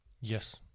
Yes